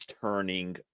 turning